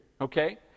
Okay